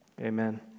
Amen